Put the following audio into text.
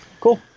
Cool